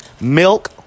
Milk